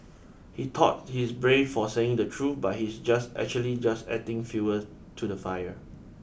he thought he's brave for saying the truth but he's just actually just adding fuel to the fire